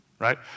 right